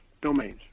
domains